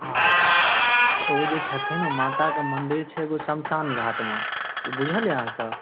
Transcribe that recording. हँ हँ ओ जे छथिन माताक मन्दिर छै एगो श्मशान घाट मे ई बुझल अछि अहाँकेॅं